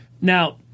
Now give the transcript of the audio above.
Now